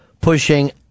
pushing